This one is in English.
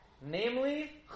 namely